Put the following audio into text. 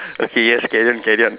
okay yes carry on carry on